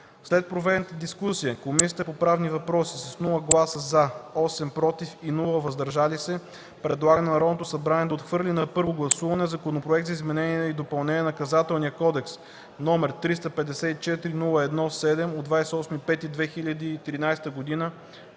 След проведената дискусия Комисията по правни въпроси: - с 0 гласа „за”, 8 „против” и 0 „въздържали се” предлага на Народното събрание да отхвърли на първо гласуване Законопроект за изменение и допълнение на Наказателния кодекс, № 354-01-7/28.05.2013 г.,